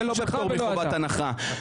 זה לא בפטור מחובת הנחה.